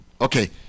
Okay